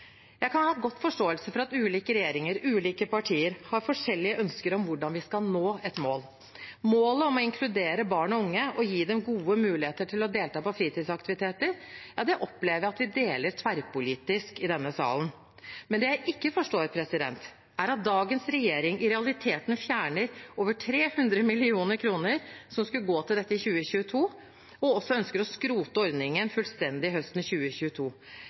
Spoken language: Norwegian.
kan kompensere for denne. Jeg kan godt ha forståelse for at ulike regjeringer, ulike partier, har forskjellige ønsker om hvordan vi skal nå et mål. Målet om å inkludere barn og unge og gi dem gode muligheter til å delta på fritidsaktiviteter opplever jeg at vi deler tverrpolitisk i denne sal. Det jeg ikke forstår, er at dagens regjering i realiteten fjerner over 300 mill. kr som skulle gå til dette i 2022, og også ønsker å skrote ordningen fullstendig høsten 2022